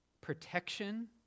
protection